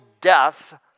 death